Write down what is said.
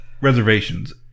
reservations